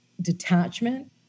detachment